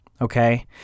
okay